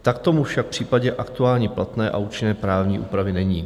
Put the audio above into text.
Tak tomu však v případě aktuální platné a účinné právní úpravy není.